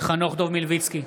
חנוך דב מלביצקי,